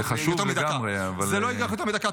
זה חשוב לגמרי, אבל --- זה לא ייקח יותר מדקה.